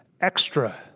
extra